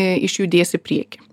išjudės į priekį